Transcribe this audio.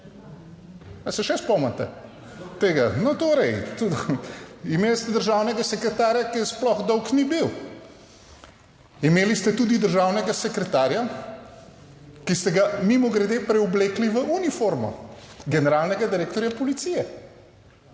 Ali se še spomnite tega? Torej imeli ste državnega sekretarja, ki sploh dolgo ni bil. Imeli ste tudi državnega sekretarja, ki ste ga mimogrede preoblekli v uniformo generalnega direktorja policije